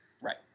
Right